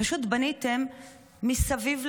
פשוט בניתם מסביב לעיר,